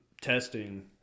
testing